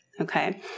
Okay